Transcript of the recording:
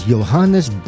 Johannes